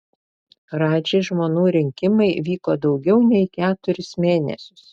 radži žmonų rinkimai vyko daugiau nei keturis mėnesius